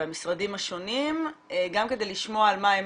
והמשרדים השונים, גם כדי לשמוע על מה אתם